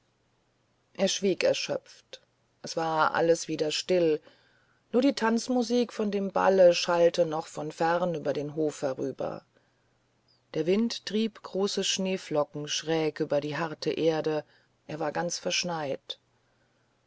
er schwieg erschöpft es war alles wieder still nur die tanzmusik von dem balle schallte noch von fern über den hof herüber der wind trieb große schneeflocken schräg über die harte erde er war ganz verschneit